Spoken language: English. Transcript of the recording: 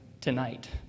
tonight